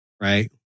right